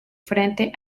frente